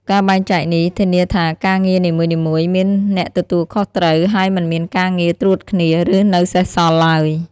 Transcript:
ការបែងចែកនេះ ធានាថាការងារនីមួយៗមានអ្នកទទួលខុសត្រូវ ហើយមិនមានការងារត្រួតគ្នា ឬនៅសេសសល់ឡើយ។